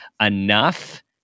enough